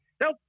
nope